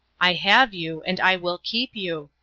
i have you, and i will keep you,